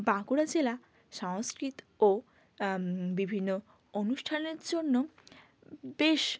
বাঁকুড়া জেলা সংস্কৃত ও বিভিন্ন অনুষ্ঠানের জন্য বেশ